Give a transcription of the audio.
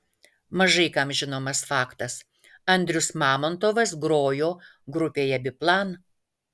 mažai kam žinomas faktas andrius mamontovas grojo grupėje biplan